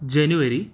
January